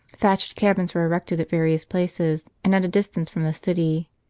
thatched cabins were erected at various places, and at a distance from the city.